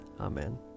Amen